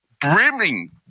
brimming